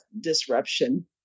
disruption